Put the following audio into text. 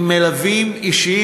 עם מלווים אישיים.